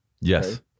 Yes